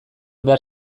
behar